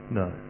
no